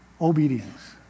Obedience